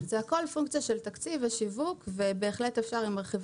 זה הכל פונקציה של תקציב ושיווק ובהחלט אפשר אם מרחיבים